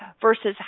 versus